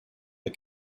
the